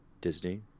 Disney